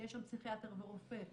שיש שם פסיכיאטר, רופא,